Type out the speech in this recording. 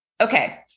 Okay